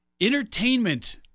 entertainment